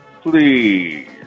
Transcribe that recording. Please